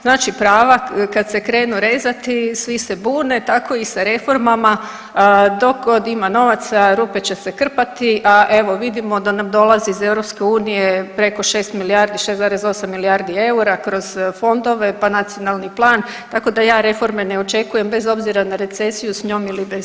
Znači prava kad se krenu rezati, svi se bune, tako i sa reformama dok god ima novaca rupe će se krpati, a evo vidimo da nam dolazi iz EU preko 6 milijardi, 6,8 milijardi eura kroz fondove pa nacionalni plan tako da ja reforme ne očekujem bez obzira na recesiju s njom ili bez